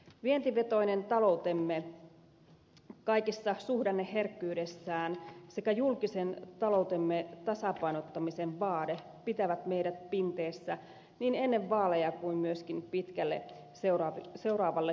vientivetoinen taloutemme kaikessa suhdanneherkkyydessään sekä julkisen taloutemme tasapainottamisen vaade pitävät meidät pinteessä niin ennen vaaleja kun myöskin pitkälle seuraavallekin hallituskaudelle